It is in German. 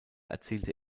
erzielte